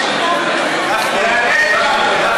היא עלינו.